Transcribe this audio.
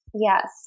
Yes